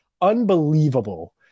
unbelievable